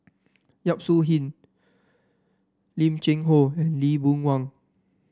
Yap Su Yin Lim Cheng Hoe and Lee Boon Wang